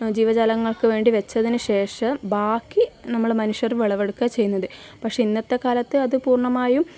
ജീവജാലങ്ങൾക്ക് വേണ്ടി വച്ചതിന് ശേഷം ബാക്കി നമ്മൾ മനുഷ്യർ വിളവെടുക്കുക ചെയ്യുന്നത് പക്ഷെ ഇന്നത്തെ കാലത്ത് അത് പൂർണ്ണമായും